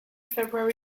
february